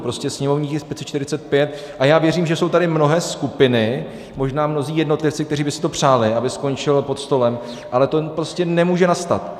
Prostě sněmovní tisk 545 a já věřím, že jsou tady mnohé skupiny, možná mnozí jednotlivci, kteří by si přáli, aby to skončilo pod stolem, ale to prostě nemůže nastat.